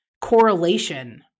correlation